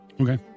okay